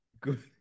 Good